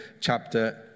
chapter